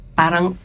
parang